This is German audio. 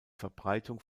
verbreitung